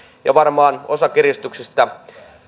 ja varmaan osa kiristyksistä